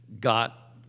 got